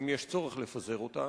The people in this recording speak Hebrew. אם יש צורך לפזר אותן,